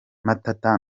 matata